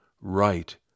Right